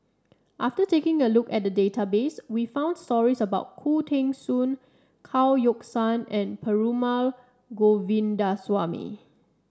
after taking a look at the database we found stories about Khoo Teng Soon Chao Yoke San and Perumal Govindaswamy